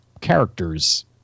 characters